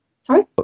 sorry